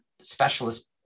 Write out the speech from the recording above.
specialist